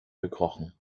gekrochen